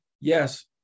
yes